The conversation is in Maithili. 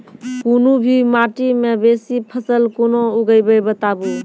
कूनू भी माटि मे बेसी फसल कूना उगैबै, बताबू?